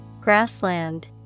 Grassland